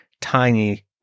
tiny